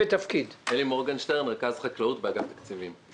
רכז חקלאות באגף התקציבים.